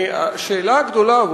השאלה הגדולה,